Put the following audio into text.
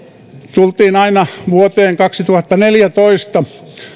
tultiin aina vuoteen kaksituhattaneljätoista